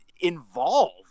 involved